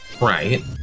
Right